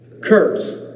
Curse